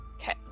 Okay